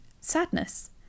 sadness